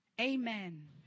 Amen